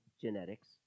genetics